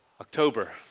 October